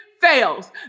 fails